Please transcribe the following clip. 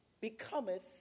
becometh